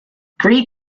greet